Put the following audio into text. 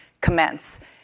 commence